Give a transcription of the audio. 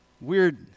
weird